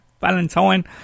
Valentine